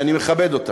שאני מכבד אותה,